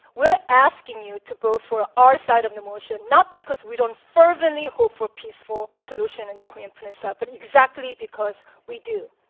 we're asking you to vote for our side of the motion not because we don't fervently hope for peaceful solution in the korean peninsula, but exactly because we do.